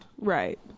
Right